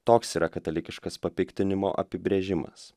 toks yra katalikiškas papiktinimo apibrėžimas